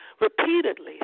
repeatedly